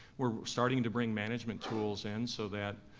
we're starting to bring management tools in so that,